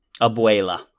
Abuela